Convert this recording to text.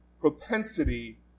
propensity